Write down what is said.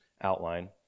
outline